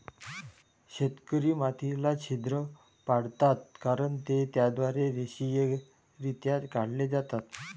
शेतकरी मातीला छिद्र पाडतात कारण ते त्याद्वारे रेषीयरित्या काढले जातात